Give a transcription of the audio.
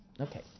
Okay